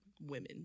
women